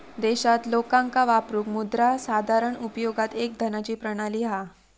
देशात लोकांका वापरूक मुद्रा साधारण उपयोगात एक धनाची प्रणाली हा